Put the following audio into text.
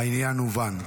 העניין הובן.